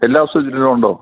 എല്ലാ സബ്ജക്റ്റിനും ഉണ്ടോ